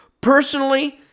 Personally